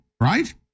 Right